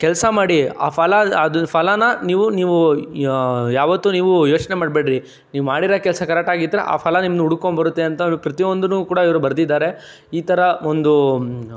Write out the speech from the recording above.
ಕೆಲಸ ಮಾಡಿ ಆ ಫಲ ಅದ್ರ ಫಲನ ನೀವು ನೀವು ಯಾವತ್ತು ನೀವು ಯೋಚನೆ ಮಾಡಬೇಡ್ರಿ ನೀವು ಮಾಡಿರೋ ಕೆಲಸ ಕರೆಕ್ಟಾಗಿ ಇದ್ದರೆ ಆ ಫಲ ನಿಮ್ಮನ್ನ ಹುಡುಕ್ಕೊಂಡ್ ಬರುತ್ತೆ ಅಂತ ಪ್ರತಿಯೊಂದುನು ಕೂಡ ಇವರು ಬರೆದಿದ್ದಾರೆ ಈ ಥರ ಒಂದು